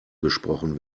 gesprochen